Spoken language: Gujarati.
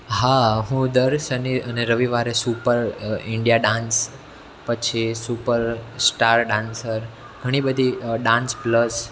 હા હું દર શનિ અને રવિવારે સુપર ઈન્ડિયા ડાન્સ પછી સુપર સ્ટાર ડાન્સર ઘણી બધી ડાન્સ પ્લસ